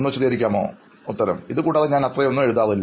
അഭിമുഖം സ്വീകരിക്കുന്നയാൾ ഇതുകൂടാതെ ഞാൻ അത്രയൊന്നും എഴുതാറില്ല